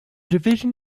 division